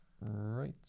Right